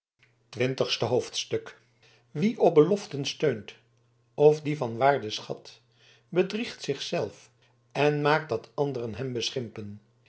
twintigste hoofdstuk wie op beloften steunt of die van waarde schat bedriegt zich zelf en maakt dat andren hem beschimpen